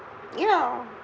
ya